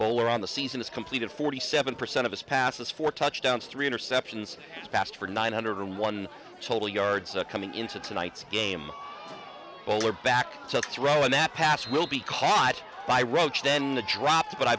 bowler on the season is completed forty seven percent of his passes for touchdowns three interceptions passed for nine hundred and one sole yards coming into tonight's game bowler back to throw in that pass will be caught by roach then dropped but i